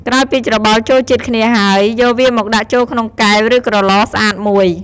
ក្រោយពីច្របល់ចូលជាតិគ្នាហើយ យកវាមកដាក់ចូលក្នុងកែវ ឬក្រទ្បស្អាតមួយ។